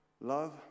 love